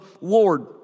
Lord